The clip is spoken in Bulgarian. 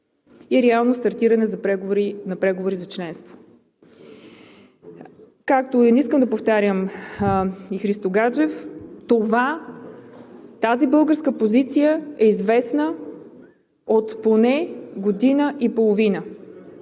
и реално стартиране на преговори за членство. Не искам да повтарям и Христо Гаджев – тази българска позиция е известна от поне година и половина,